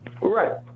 Right